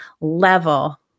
level